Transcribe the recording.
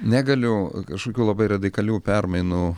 negaliu kažkokių labai radikalių permainų